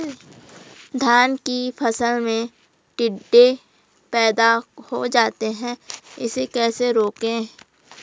धान की फसल में टिड्डे पैदा हो जाते हैं इसे कैसे रोकें?